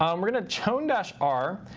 um we're gonna chown dash r.